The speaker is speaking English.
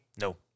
No